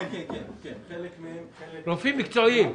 רופאים מקצועיים.